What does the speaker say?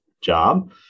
job